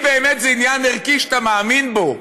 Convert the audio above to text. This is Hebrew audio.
אם באמת זה עניין ערכי שאתה מאמין בו,